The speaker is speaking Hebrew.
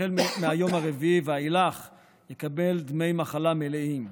והחל מהיום הרביעי ואילך הוא יקבל דמי מחלה מלאים.